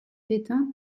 éteinte